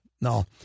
No